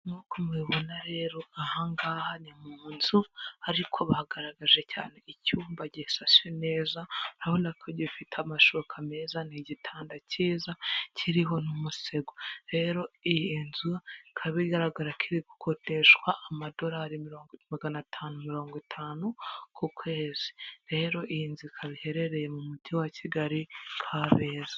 Nk'uko mubibona rero, aha ngaha ni mu nzu ariko bagaragaje cyane icyumba gishashe neza. Urabona ko gifite amashuka meza n' igitanda cyiza kiriho n'umusego. Rero iyi nzu ikaba igaragara ko iri gukodeshwa amadolari magana atanu na mirongo itanu ku kwezi. Rero iyi nzu ikaba iherereye mu mujyi wa Kigali, Kabeza.